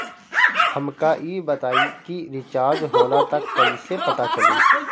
हमका ई बताई कि रिचार्ज होला त कईसे पता चली?